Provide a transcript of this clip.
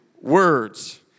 words